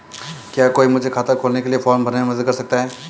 क्या कोई मुझे खाता खोलने के लिए फॉर्म भरने में मदद कर सकता है?